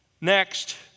Next